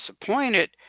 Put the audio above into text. disappointed